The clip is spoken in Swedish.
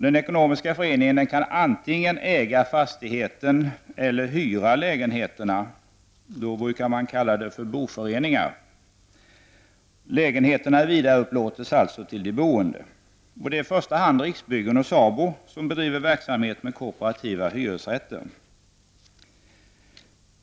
Den ekonomiska föreningen kan antingen äga fastigheten eller hyra lägenheterna -- i det senare fallet brukar det kallas boföreningar. Det är i första hand Riksbyggen och SABO som bedriver verksamhet med kooperativa hyresrätter.